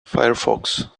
firefox